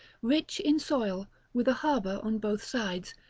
rich in soil, with a harbour on both sides,